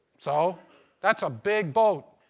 so that's a big boat.